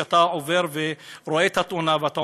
כשאתה רואה את התאונה אתה אומר: